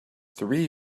three